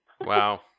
Wow